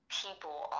people